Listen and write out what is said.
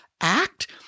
act